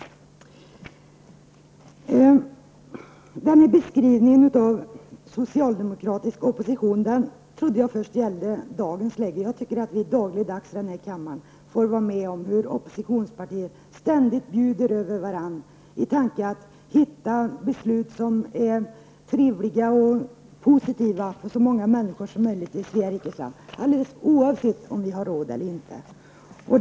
Jag trodde först att den gjorda beskrivningen av socialdemokratisk opposition gällde dagens läge. Vi får dagligdags här i kammaren vara med om att oppositionspartier bjuder över varandra i tanken att hitta beslut som är trevliga och positiva för så många människor som möjligt i Sverige, oavsett om vi har råd till det eller inte.